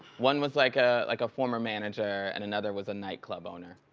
one was like ah like a former manager and another was a night club owner.